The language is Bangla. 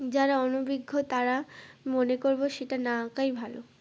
যারা অনভিজ্ঞ তারা মনে করবো সেটা না আঁকাই ভালো